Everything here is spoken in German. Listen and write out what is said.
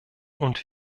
und